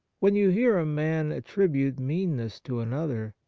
when you hear a man attribute meanness to another,